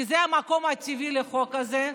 כי זה המקום הטבעי לחוק הזה,